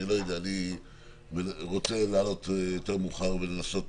אני רוצה להעלות יותר מאוחר ולנסות